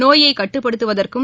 நோயை கட்டுப்படுத்துவதற்கும்